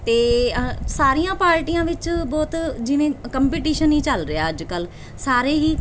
ਅਤੇ ਸਾਰੀਆਂ ਪਾਰਟੀਆਂ ਵਿੱਚ ਬਹੁਤ ਜਿਵੇਂ ਕੰਪੀਟੀਸ਼ਨ ਹੀ ਚੱਲ ਰਿਹਾ ਅੱਜ ਕੱਲ੍ਹ ਸਾਰੇ ਹੀ